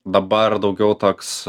dabar daugiau toks